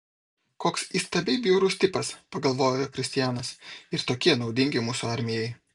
koks įstabiai bjaurus tipas pagalvojo kristianas ir tokie naudingi mūsų armijai